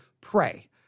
pray